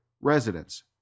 residents